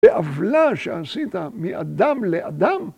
לעוולה שעשית מאדם לאדם?